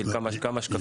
תציג